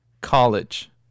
College